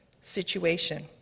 situation